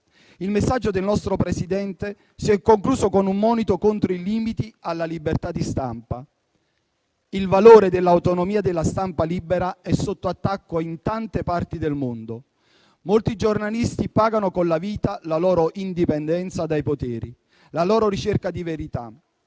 Il messaggio del nostro Presidente si è concluso con un monito contro le limitazioni alla libertà di stampa. Il valore dell'autonomia della stampa libera è sotto attacco in tante parti del mondo. Molti giornalisti pagano con la vita la loro indipendenza dai poteri, la loro ricerca di verità.